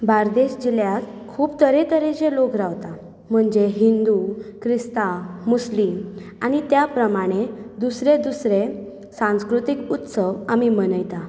बार्देश जिल्ल्यांत खूब तरेतरेचे लोक रावतात म्हणजे हिंदू क्रिस्तांव मुस्लीम आनी त्या प्रमाणे दुसरे दुसरे सांस्कृतीक उत्सव आमी मनयतात